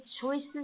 choices